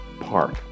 Park